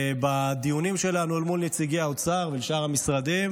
בדיונים שלנו אל מול נציגי האוצר ועם שאר המשרדים